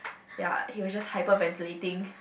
ya he was just hyperventilating